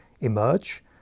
emerge